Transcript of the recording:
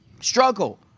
Struggle